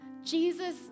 Jesus